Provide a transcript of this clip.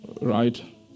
right